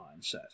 mindset